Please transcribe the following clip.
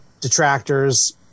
detractors